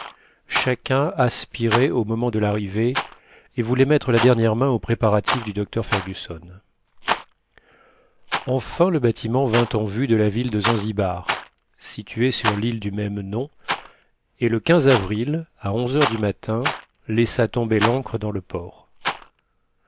chacun aspirait au moment de l'arrivée et voulait mettre la dernière main aux préparatifs du docteur fergusson enfin le bâtiment vint en vue de la ville de zanzibar située sur l'île du même nom et le avril à onze heures du matin l laissa tomber l'ancre dans le port